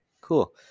cool